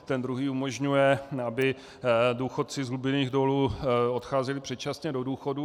Ten druhý umožňuje, aby důchodci z hlubinných dolů odcházeli předčasně do důchodů.